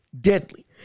deadly